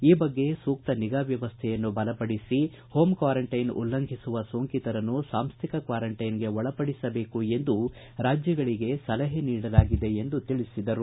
ಈ ಬಗ್ಗೆ ಸೂಕ್ತ ನಿಗಾ ವ್ಯವಸ್ಥೆಯನ್ನು ಬಲಪಡಿಸಿ ಹೋಮ್ ಕ್ವಾರಂಟೈನ್ ಉಲ್ಲಂಘಿಸುವ ಸೋಂಕಿತರನ್ನು ಸಾಂಸ್ಟಿಕ ಕ್ವಾರಂಟ್ಗೆನ್ಗೆ ಒಳಪಡಿಸಬೇಕು ಎಂದು ರಾಜ್ಯಗಳಿಗೆ ಸಲಹೆ ನೀಡಲಾಗಿದೆ ಎಂದು ಹೇಳಿದರು